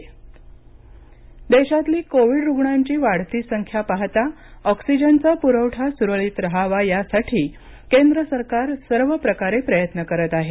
oxygen आयात देशातली covid रुग्णांची वाढती संख्या पाहता ऑक्सीजनचा पुरवठा सुरळीत रहावा यासाठी केंद्र सरकार सर्व प्रकारे प्रयत्न करत आहे